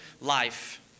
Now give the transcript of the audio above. life